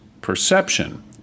perception